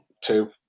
two